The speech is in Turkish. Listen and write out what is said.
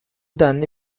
denli